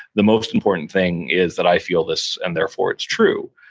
the most important thing is that i feel this, and therefore it's true.